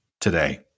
today